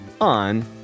on